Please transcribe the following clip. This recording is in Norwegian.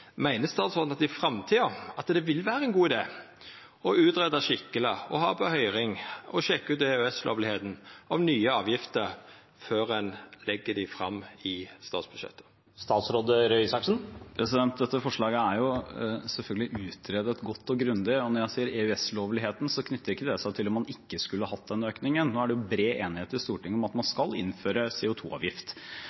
Meiner statsråden at det i framtida vil vera ein god idé å greia ut skikkeleg og ha på høyring og sjekka ut EØS-samsvaret ved nye avgifter før ein legg dei fram i statsbudsjettet? Dette forslaget er selvfølgelig utredet godt og grundig. Når jeg sier EØS-lovligheten, knytter det seg ikke til at en ikke skulle hatt den økningen – det er bred enighet i Stortinget om at man